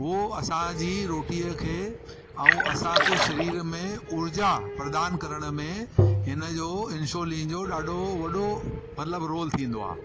हूअ असांजी रोटीअ खे ऐं असांखे शरीर में उर्जा प्रदान करण में हिनजो इंसोलिन जो ॾाढो मतिलब रोल थींदो आहे